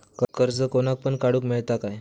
कर्ज कोणाक पण काडूक मेलता काय?